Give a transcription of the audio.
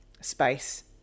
space